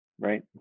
right